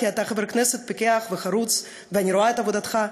כי אתה חבר כנסת פיקח וחרוץ ואני רואה את עבודתך,